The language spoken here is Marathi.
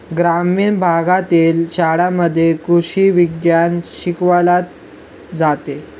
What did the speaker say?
ग्रामीण भागातील शाळांमध्ये कृषी विज्ञान शिकवले जाते